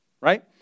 right